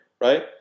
right